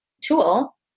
tool